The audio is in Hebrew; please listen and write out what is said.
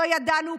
לא ידענו,